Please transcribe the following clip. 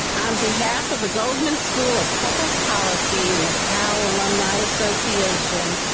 um behalf of the goldman school of public policy and the cal alumni association,